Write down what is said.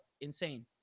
insane